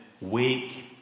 wake